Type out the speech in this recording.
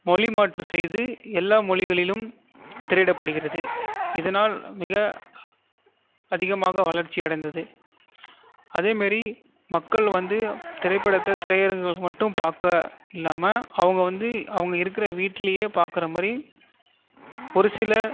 மொழிமாற்று செய்து எல்லா மொழிகளிலும் திரையிடப்படுகிறது இதனால் மிக அதிகமாக வளர்ச்சி அடைந்தது அதேமாரி மக்கள் வந்து திரைப்படத்த திரையரங்குகள் மட்டும் பார்க்க இல்லாம அவங்க வந்து அவங்க இருக்கிற வீட்டிலேயே பார்க்குற மாதிரி ஒரு சில